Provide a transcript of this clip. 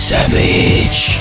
Savage